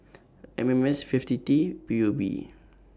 M M S fifty T P U B